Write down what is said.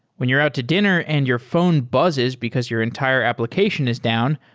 when you're out to dinner and your phone buzzes because your entire application is down,